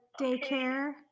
daycare